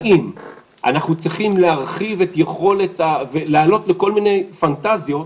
האם אנחנו צריכים להרחיב את היכולת ולהעלות כל מיני פנטזיות,